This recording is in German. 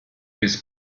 bis